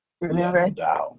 Remember